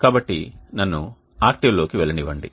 కాబట్టి నన్ను ఆక్టేవ్ లోకి వెళ్లనివ్వండి